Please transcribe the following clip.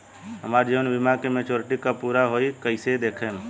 हमार जीवन बीमा के मेचीयोरिटी कब पूरा होई कईसे देखम्?